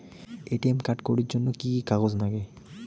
ATM card করির জন্যে কি কি কাগজ নাগে?